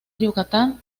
yucatán